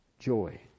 Joy